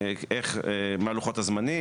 מה לוחות הזמנים,